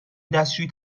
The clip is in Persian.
دستشویی